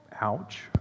Ouch